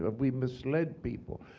but we misled people.